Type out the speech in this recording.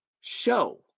show